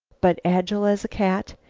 but, agile as a cat,